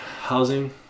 housing